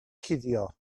cuddio